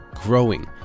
growing